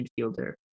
midfielder